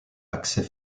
accès